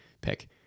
pick